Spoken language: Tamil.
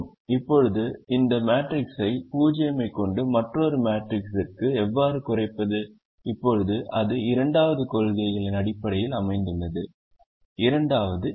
இப்போது இந்த மேட்ரிக்ஸை 0 ஐக் கொண்ட மற்றொரு மேட்ரிக்ஸிற்கு எவ்வாறு குறைப்பது இப்போது அது இரண்டாவது கொள்கையின் அடிப்படையில் அமைந்துள்ளது இரண்டாவது இது